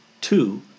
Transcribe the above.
Two